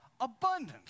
abundance